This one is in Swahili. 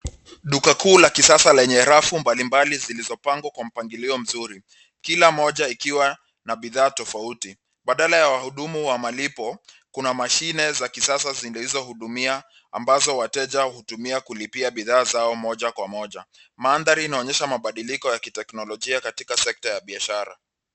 Duka kuu la kisasa lenye rafu mbalimbali zilizopangwa kwa mpangilio mzuri kila mmoja ikiwa na bidhaa tofauti. Badala ya wahudumu wa malipo kuna mashine za kisasa zilizohudumia ambazo wateja hutumia kulipia bidhaa zao moja kwa moja. Mandhari inaonyesha mabadiliko ya teknolojia katika sekta ya biashara.